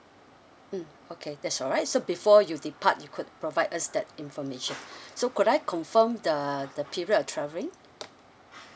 mm okay that's alright so before you depart you could provide us that information so could I confirm the the period of travelling